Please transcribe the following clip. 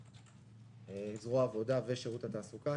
בזרוע העבודה ובשירות התעסוקה,